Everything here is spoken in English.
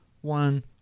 one